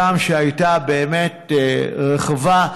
הגם שהייתה באמת רחבה.